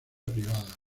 privada